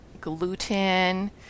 gluten